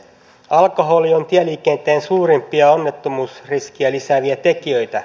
alkoholi on tieliikenteen suurimpia onnettomuusriskiä lisääviä tekijöitä